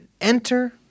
enter